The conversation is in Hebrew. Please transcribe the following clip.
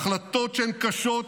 החלטות שהן קשות,